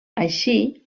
així